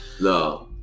No